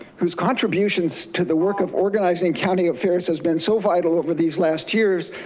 whose contributions to the work of organizing county affairs has been so vital over these last years,